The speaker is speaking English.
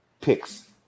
picks